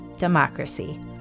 Democracy